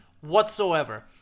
whatsoever